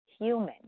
human